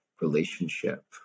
relationship